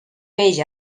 peix